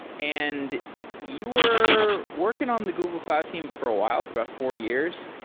and you were working on the google cloud team for a while, for about four years.